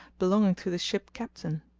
belonging to the ship captain.